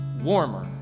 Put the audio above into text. warmer